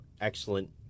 excellent